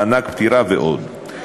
מענק פטירה ועוד.